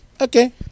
okay